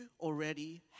already